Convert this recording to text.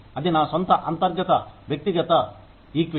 అది నా సొంత అంతర్గత వ్యక్తిగత ఈక్విటీ